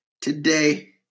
today